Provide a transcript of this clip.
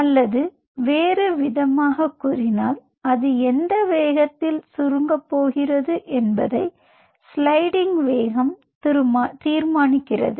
அல்லது வேறுவிதமாகக் கூறினால் அது எந்த வேகத்தில் சுருங்கப் போகிறது என்பதை ஸ்லைடிங் வேகம் தீர்மானிக்கிறது